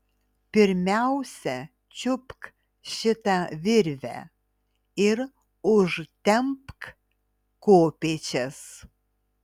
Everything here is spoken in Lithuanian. pirmiausia čiupk šitą virvę ir užtempk kopėčias